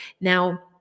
Now